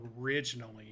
originally